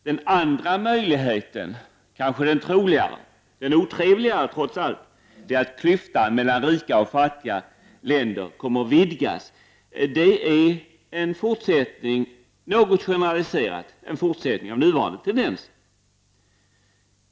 Den andra möjligheten — som kanske är den troligaste, men trots allt den otrevligaste — är att klyftan mellan fattiga och rika länder kommer att vidgas. Det är, något generaliserat, en fortsättning av nuvarande tendens.